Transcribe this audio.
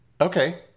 okay